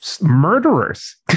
murderers